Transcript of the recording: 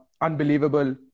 Unbelievable